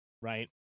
right